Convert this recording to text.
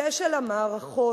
כשל המערכות,